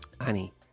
Annie